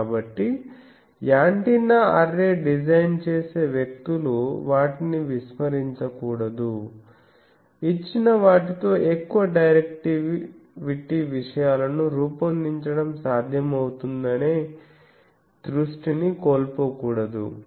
కాబట్టి antenna array design చేసే వ్యక్తులు వాటిని విస్మరించకూడదు ఇచ్చిన వాటితో ఎక్కువ డైరెక్టివిటీ విషయాలను రూపొందించడం సాధ్యమవుతుందనే దృష్టిని కోల్పోకూడదు